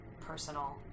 personal